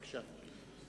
בבקשה.